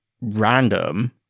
random